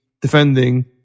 defending